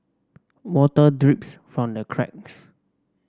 water drips from the cracks